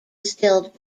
distilled